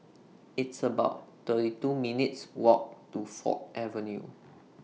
It's about thirty two minutes' Walk to Ford Avenue